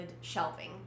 shelving